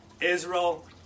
Israel